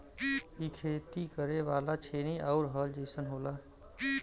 इ खेती करे वाला छेनी आउर हल जइसन होला